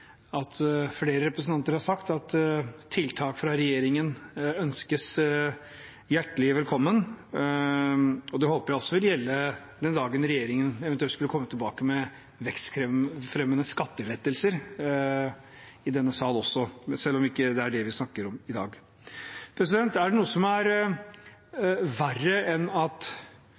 flere representanter har sagt at tiltak fra regjeringen ønskes hjertelig velkommen. Det håper jeg også vil gjelde den dagen regjeringen eventuelt også skulle komme tilbake i denne sal med vekstfremmende skattelettelser, selv om det ikke er det vi snakker om i dag. Er det noe som er verre enn at